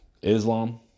Islam